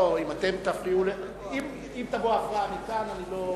אם תבוא הפרעה מכאן, אני לא,